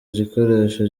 igikoresho